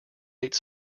ate